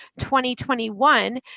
2021